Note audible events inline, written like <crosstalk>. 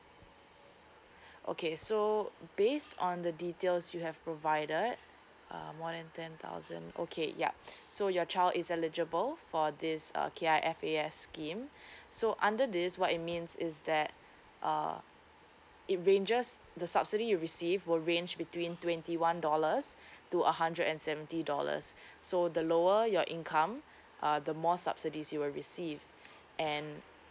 okay so based on the details you have provided uh more than ten thousand okay yup <breath> so your child is eligible for this uh K_I_F_A_S scheme <breath> so under this what it means is that uh it ranges the subsidy you receive will range between twenty one dollars to a hundred and seventy dollars so the lower your income uh the more subsidies you will receive and